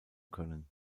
können